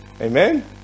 Amen